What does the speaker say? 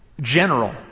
general